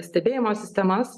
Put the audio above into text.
stebėjimo sistemas